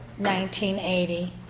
1980